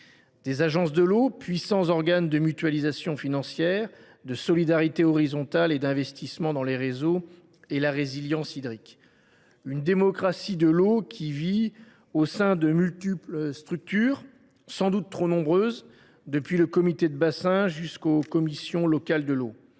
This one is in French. d’agences de l’eau, puissants organes de mutualisation financière, de solidarité horizontale et d’investissement dans les réseaux et dans la résilience hydrique ; enfin, d’une démocratie de l’eau, qui vit au sein de multiples structures, sans doute trop nombreuses, depuis le comité de bassin jusqu’aux commissions locales de l’eau.